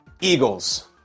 Eagles